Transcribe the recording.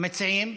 המציעים?